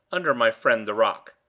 under my friend the rock.